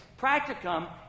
Practicum